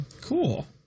cool